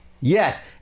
Yes